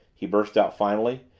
he burst out finally.